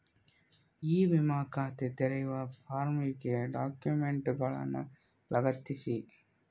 E ವಿಮಾ ಖಾತೆ ತೆರೆಯುವ ಫಾರ್ಮಿಗೆ ಡಾಕ್ಯುಮೆಂಟುಗಳನ್ನು ಲಗತ್ತಿಸಿ